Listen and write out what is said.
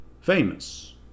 famous